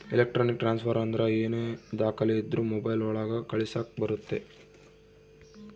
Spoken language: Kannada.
ಎಲೆಕ್ಟ್ರಾನಿಕ್ ಟ್ರಾನ್ಸ್ಫರ್ ಅಂದ್ರ ಏನೇ ದಾಖಲೆ ಇದ್ರೂ ಮೊಬೈಲ್ ಒಳಗ ಕಳಿಸಕ್ ಬರುತ್ತೆ